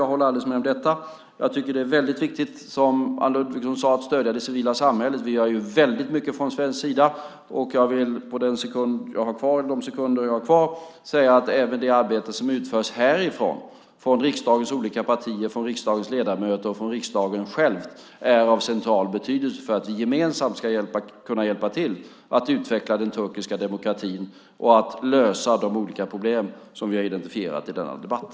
Jag tycker att det är mycket viktigt att, som Anne Ludvigsson sade, stödja det civila samhället. Vi gör väldigt mycket från svensk sida. Även det arbete som utförs härifrån - från riksdagens olika partier, från riksdagens ledamöter och från riksdagen själv - är av central betydelse för att vi gemensamt ska kunna hjälpa till att utveckla den turkiska demokratin och lösa de problem som vi har identifierat i denna debatt.